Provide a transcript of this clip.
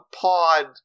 pod